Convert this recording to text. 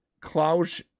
Klaus